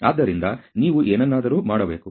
ಆದ್ದರಿಂದ ನೀವು ಏನನ್ನಾದರೂ ಮಾಡಬೇಕು